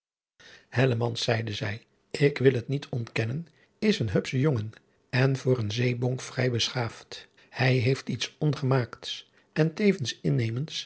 zeide zij ik wil het niet ontkennen is een hupsche jongen en voor een zeebonk vrij beschaafd hij heeft iets ongemaakts en tevens innemends